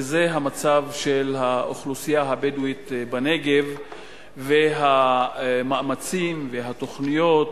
וזה המצב של האוכלוסייה הבדואית בנגב והמאמצים והתוכניות